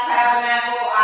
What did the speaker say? Tabernacle